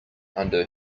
under